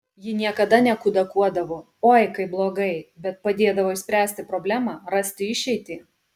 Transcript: ji niekada nekudakuodavo oi kaip blogai bet padėdavo išspręsti problemą rasti išeitį